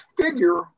figure